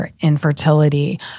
Infertility